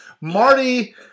marty